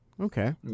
okay